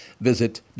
Visit